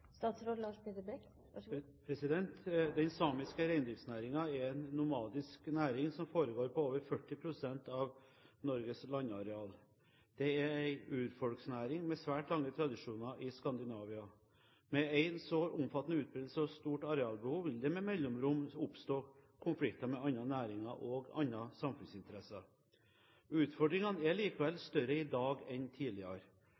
Den samiske reindriftsnæringen er en nomadisk næring som foregår på over 40 pst. av Norges landareal. Det er en urfolksnæring med svært lange tradisjoner i Skandinavia. Med en så omfattende utbredelse og stort arealbehov vil det med mellomrom oppstå konflikter med andre næringer og andre samfunnsinteresser. Utfordringene er